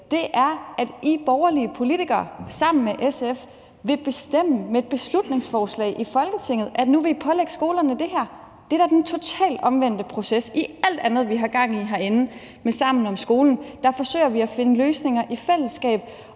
dag, er, at I borgerlige politikere sammen med SF med et beslutningsforslag i Folketinget nu vil pålægge skolerne det her. Det er da den totalt omvendte proces. I alt andet, vi har gang i herinde med Sammen om skolen, forsøger vi at finde løsninger i fællesskab,